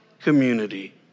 community